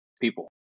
people